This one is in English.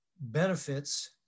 benefits